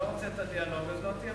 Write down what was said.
אתה לא רוצה את הדיאלוג, אז לא תהיה,